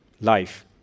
life